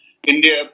India